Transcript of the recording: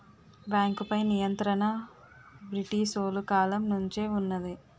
బేంకుపై నియంత్రణ బ్రిటీసోలు కాలం నుంచే వున్నది